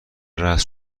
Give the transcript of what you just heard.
رسم